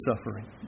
suffering